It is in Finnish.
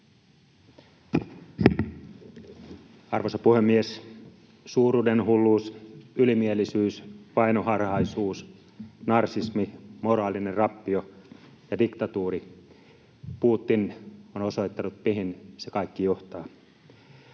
Arvoisa puhemies! Suuruudenhulluus, ylimielisyys, vainoharhaisuus, narsismi, moraalinen rappio ja diktatuuri — Putin on osoittanut, mihin se kaikki johtaa.